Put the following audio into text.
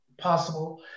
possible